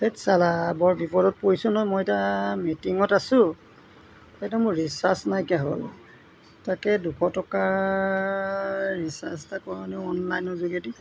সেইত চালা বৰ বিপদত পৰিছোঁ নহয় মই এতিয়া মিটিঙত আছোঁ সেইটো মোৰ ৰিচাৰ্জ নাইকিয়া হ'ল তাকে দুশ টকাৰ ৰিচাৰ্জ এটা অনলাইনৰ যোগেদি